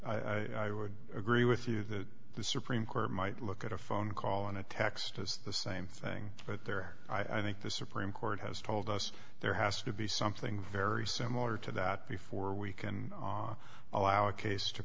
agree with you that the supreme court might look at a phone call in a text as the same thing but there i think the supreme court has told us there has to be something very similar to that before we can allow a case to